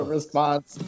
response